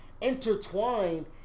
intertwined